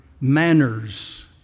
manners